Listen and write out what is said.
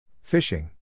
Fishing